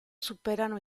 superano